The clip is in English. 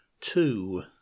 two